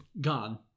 gone